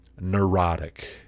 neurotic